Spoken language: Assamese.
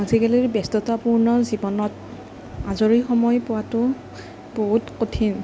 আজিকালি ব্যস্ততাপূৰ্ণ জীৱনত আজৰি সময় পোৱাটো বহুত কঠিন